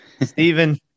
Stephen